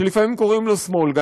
שלפעמים גם קוראים לו שמאל,